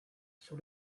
sur